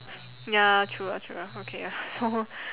ya true ah true ah okay ah so